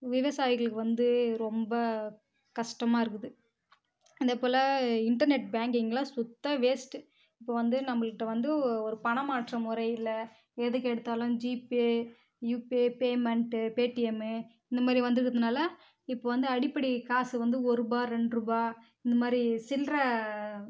விவசாயிகளுக்கு வந்து ரொம்ப கஷ்டமாக இருக்குது அது போல் இன்டர்நெட் பேங்கிங்லாம் சுத்த வேஸ்ட்டு இப்போ வந்து நம்மள்ட்ட வந்து ஒரு பணம் மாற்று முறை இல்லை எதுக்கு எடுத்தாலும் ஜிபே யூபே பேமெண்ட்டு பேடீஎம்மு இந்த மாதிரி வந்து இருக்கிறதுனால இப்போ வந்து அடிப்படை காசு வந்து ஒரு ரூபா ரெண்டு ரூபா இந்த மாதிரி சில்லற